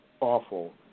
awful